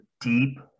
deep